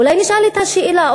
אולי נשאל את השאלה.